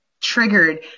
triggered